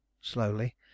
Slowly